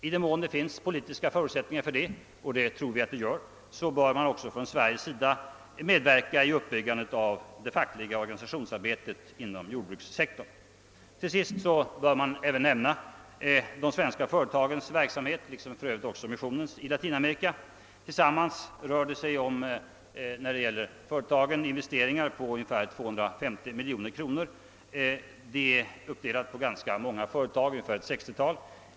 I den mån det finns politiska förutsättningar härför — och det tror vi att det gör — bör Sverige också medverka i uppbyggandet av det fackliga organisationsarbetet inom jordbrukssektorn. Till sist bör man även nämna de svenska företagens liksom för övrigt även missionens verksamhet i Latinamerika. Det rör sig när det gäller företagen om investeringar på tillsammans ungefär 250 miljoner kronor uppdelade på ett 60-tal företag.